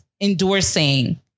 endorsing